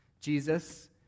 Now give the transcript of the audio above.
Jesus